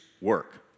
work